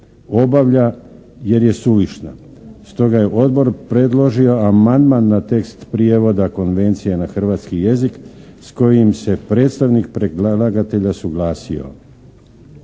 "obavlja jer je suvišna". Stoga je Odbor predložio amandman na tekst prijevoda Konvencije na hrvatski jezik s kojim se predstavnik predlagatelja suglasio.